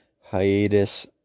hiatus